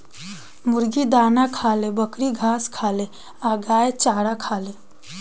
मुर्गी दाना खाले, बकरी घास खाले आ गाय चारा खाले